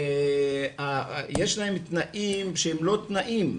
יש להם תנאים שהם לא תנאים.